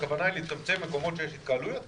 הכוונה היא לצמצם מקומות שיש התקהלויות,